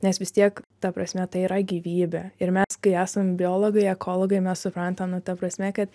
nes vis tiek ta prasme tai yra gyvybė ir mes kai esam biologai ekologai mes suprantam na ta prasme kad